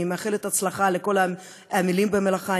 ואני מאחלת הצלחה לכל העמלים במלאכה.